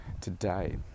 Today